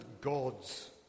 gods